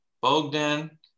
Bogdan